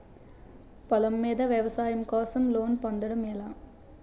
పొలం మీద వ్యవసాయం కోసం లోన్ పొందటం ఎలా?